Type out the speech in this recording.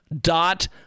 dot